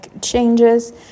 changes